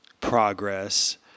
progress